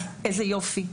אז איזה יופי.